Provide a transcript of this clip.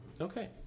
okay